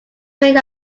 made